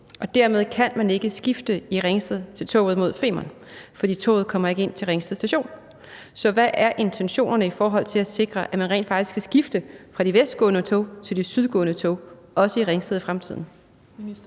og dermed kan man i Ringsted ikke skifte til toget mod Femern, for toget kommer ikke ind til Ringsted Station. Så hvad er intentionerne i forhold til at sikre, at man rent faktisk kan skifte fra de vestgående tog til de sydgående tog også i Ringsted i fremtiden?